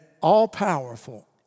all-powerful